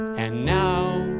and now